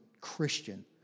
Christian